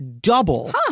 double